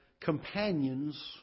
companions